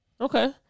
Okay